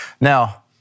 Now